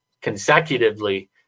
consecutively